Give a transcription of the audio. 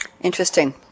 Interesting